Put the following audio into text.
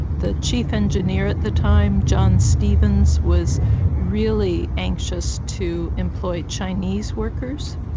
the chief engineer at the time, john stephens, was really anxious to employ chinese workers.